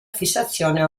fissazione